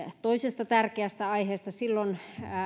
toisesta tärkeästä aiheesta silloin